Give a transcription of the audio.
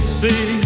see